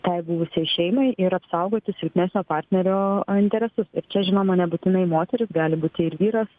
tai buvusiai šeimai ir apsaugoti silpnesnio partnerio interesus ir čia žinoma nebūtinai moteris gali būti ir vyras